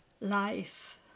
life